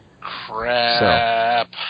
Crap